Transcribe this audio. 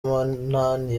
munani